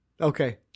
Okay